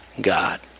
God